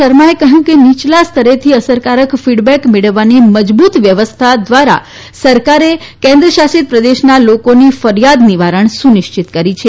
શર્મા એ કહ્યું કે નીયલા સ્તરેથી અસરકારક ફીડબેક મેળવવાની મજબુત વ્યવસ્થા ધ્વારા સરકારે કેન્દ્ર શાસિત પ્રદેશના લોકોની ફરીયાદનું નિવારણ સુનિશ્ચિત કર્યુ છે